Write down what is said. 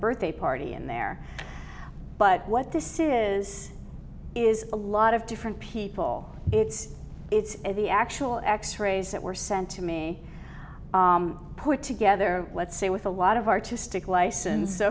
birthday party in there but what this is is a lot of different people it's it's the actual x rays that were sent to me put together let's say with a lot of artistic license so